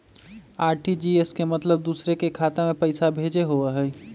RTGS के मतलब दूसरे के खाता में पईसा भेजे होअ हई?